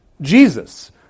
Jesus